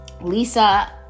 Lisa